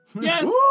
Yes